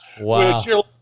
Wow